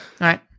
Right